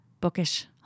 bookish